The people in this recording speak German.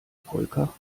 polka